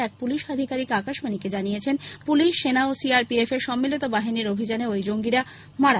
এক পুলিশ আধিকারিক আকাশবাণীকে জানিয়েছেন পুলিশ সেনা ও সিআরপিএফ এর সম্মিলিত বাহিনীর অভিযানে ঐ জঙ্গীরা মারা পড়ে